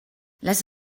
les